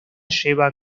lleva